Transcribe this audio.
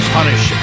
Punish